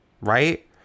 Right